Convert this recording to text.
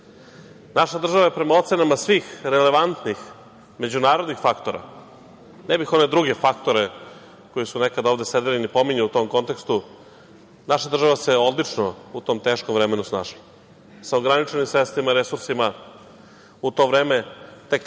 sa strane. Prema ocenama svih relevantnih međunarodnih faktora, ne bih one druge faktore koji su ovde nekada sedeli ni pominjao u tom kontekstu, naša država se odlično u tom teškom vremenu snašla, sa ograničenim sredstvima i resursima, u to vreme tek